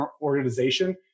organization